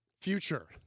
future